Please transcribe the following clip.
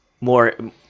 more